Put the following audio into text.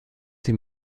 sie